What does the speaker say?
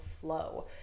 flow